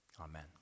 Amen